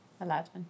Aladdin